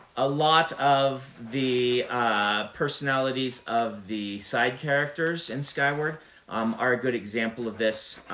a lot of the ah personalities of the side characters in skyward um are a good example of this.